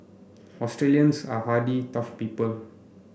Australians are hardy tough people